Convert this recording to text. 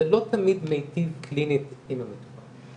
זה לא תמיד מיטיב קלינית עם המטופל.